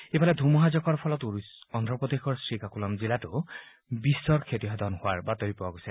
ইফালে ধুমুহাজাকৰ ফলত অন্ধ্ৰপ্ৰদেশৰ শ্ৰীকাকুলাম জিলাতো বিস্তৰ ক্ষতিসাধন হোৱাৰ বাতৰি পোৱা গৈছে